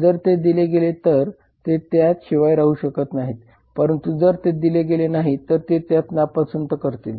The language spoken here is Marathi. जर ते दिले गेले तर ते त्या शिवाय राहू शकतात परंतु जर ते दिले गेले नाही तर ते त्यास नापसंत करतील